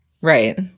right